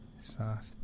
soft